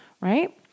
right